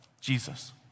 Jesus